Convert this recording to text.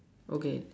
okay